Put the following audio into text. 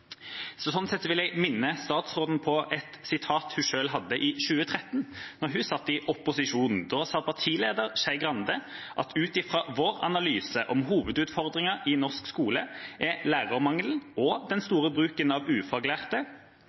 Sånn sett vil jeg minne statsråden på et sitat fra 2013, da hun satt i opposisjon. Da sa partileder Skei Grande: «Ut fra vår analyse om hovedutfordringa i norsk skole, er lærermangelen og den store bruken av ufaglærte